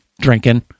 drinking